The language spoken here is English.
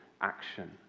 action